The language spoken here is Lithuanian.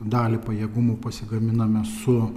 dalį pajėgumų pasigaminome su